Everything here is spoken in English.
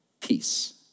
peace